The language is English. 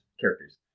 characters